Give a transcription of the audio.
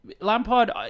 Lampard